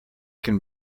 can